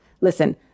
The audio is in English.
Listen